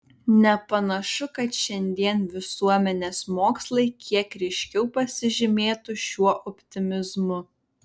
nepanašu kad šiandien visuomenės mokslai kiek ryškiau pasižymėtų šiuo optimizmu